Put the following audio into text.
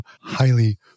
highly